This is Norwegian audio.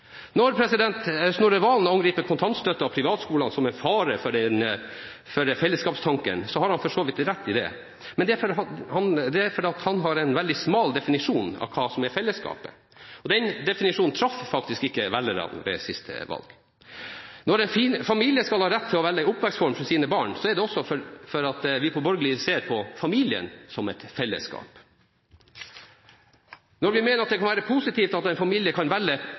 Når Snorre Valen angriper kontantstøtten og privatskolene som en fare for fellesskapstanken, har han for så vidt rett i det, men det er fordi han har en veldig smal definisjon av hva som er fellesskapet. Og den definisjonen traff faktisk ikke velgerne ved siste valg. Når en familie skal ha rett til å velge oppvekstform for sine barn, er det også fordi vi på borgerlig side ser på familien som et fellesskap. Når vi mener at det kan være positivt at en familie kan velge